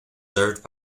served